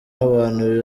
w’abantu